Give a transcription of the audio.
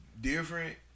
different